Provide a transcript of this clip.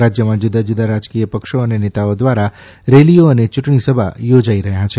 રાજ્યમાં જુદાજુદા રાજકીય પક્ષો અને નેતાઓ દ્વારા રેલીઓ અને ચૂંટણીસભા યોજી રહ્યા છે